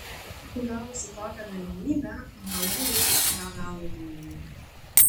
gavusi tokią galimybę hana jautėsi be galo laiminga